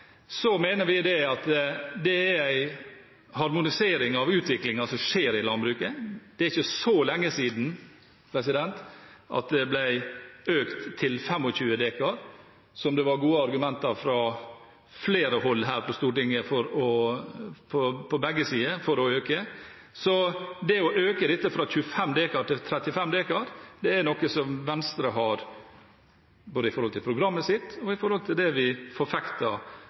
så lenge siden det ble økt til 25 dekar, og det var gode argumenter fra flere hold og på begge sider her på Stortinget for den økningen. Så det å øke dette fra 25 til 35 dekar er noe som Venstre står godt inne for, med hensyn til både programmet vårt og det vi